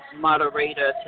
moderator